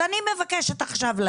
אז עכשיו אני מבקשת לדעת: